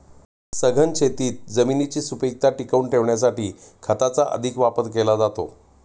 सघन शेतीत जमिनीची सुपीकता टिकवून ठेवण्यासाठी खताचा अधिक वापर केला जातो